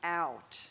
out